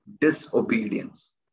disobedience